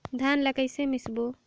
धान ला कइसे मिसबो?